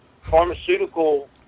pharmaceutical